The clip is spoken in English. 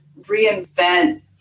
reinvent